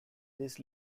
this